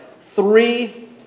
three